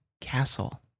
Castle